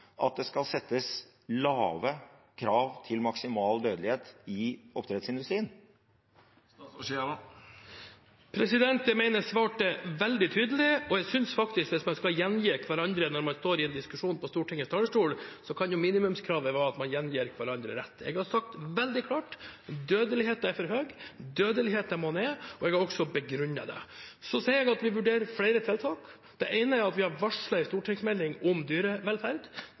at det skal settes lave krav til maksimal dødelighet i oppdrettsindustrien? Jeg mener jeg svarte veldig tydelig, og jeg synes faktisk at hvis man skal gjengi hverandre når man står i en diskusjon på Stortingets talerstol, kan minimumskravet være at man gjengir hverandre rett. Jeg har sagt veldig klart at dødeligheten er for høy, at dødeligheten må ned, og jeg har også begrunnet det. Så sier jeg at vi vurderer flere tiltak. Det ene er at vi har varslet en stortingsmelding om dyrevelferd.